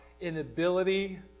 inability